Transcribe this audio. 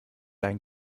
dein